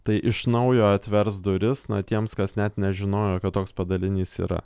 tai iš naujo atvers duris na tiems kas net nežinojo kad toks padalinys yra